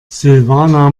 silvana